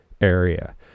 area